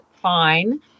fine